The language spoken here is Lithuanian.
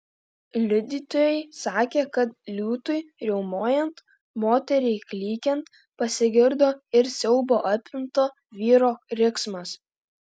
liudytojai sakė kad liūtui riaumojant moteriai klykiant pasigirdo ir siaubo apimto vyro riksmas